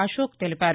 అశోక్ తెలిపారు